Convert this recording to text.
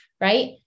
Right